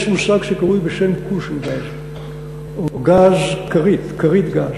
יש מושג שקוראים בשם cushion gas, כרית גז.